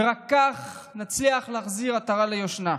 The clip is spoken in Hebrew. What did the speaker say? ורק כך נצליח להחזיר עטרה ליושנה.